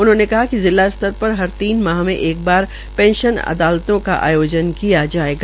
उन्होंने कहा कि जिला स्तर हर तीन माह मे एक बार पेंशन अदालतों का आयोजन किया जायेगा